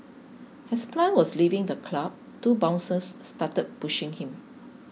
has plant was leaving the club two bouncers started pushing him